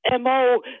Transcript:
MO